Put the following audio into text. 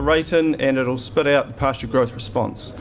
rate in, and it will spit out the pasture growth response.